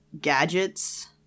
gadgets